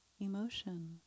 emotion